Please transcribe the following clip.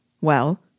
Well